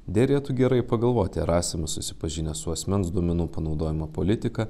derėtų gerai pagalvoti ar esame susipažinę su asmens duomenų panaudojimo politika